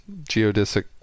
geodesic